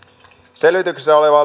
selvityksessä oleva